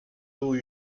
eaux